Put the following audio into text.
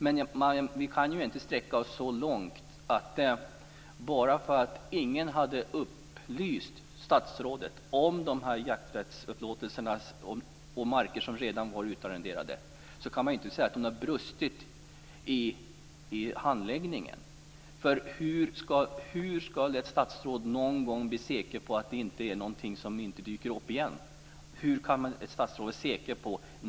Men vi kan inte sträcka oss så långt som att säga att bara för att ingen har upplyst statsrådet om de här jakträttsupplåtelserna och markerna som redan var utarrenderade har hon brustit i handläggningen. Hur skall ett statsråd någonsin bli säker på att något inte dyker upp igen?